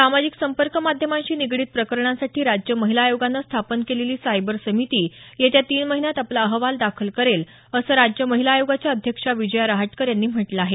सामाजिक संपर्क माध्यमांशी निगडित प्रकरणांसाठी राज्य महिला आयोगानं स्थापन केलेली सायबर समिती येत्या तीन महिन्यात आपला अहवाल दाखल करेल असं राज्य महिला आयोगाच्या अध्यक्षा विजया रहाटकर यांनी म्हटलं आहे